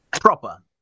proper